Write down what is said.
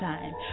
Time